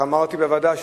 איך אמרתי בוועדה?